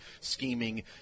scheming